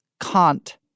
Kant